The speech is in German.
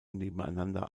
nebeneinander